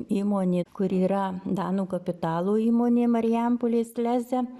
įmonė kuri yra danų kapitalo įmonė marijampolės leze